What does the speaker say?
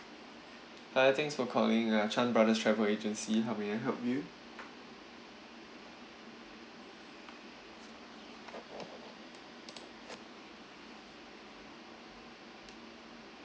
hi thanks for calling uh Chan Brothers Travel Agency how may I help you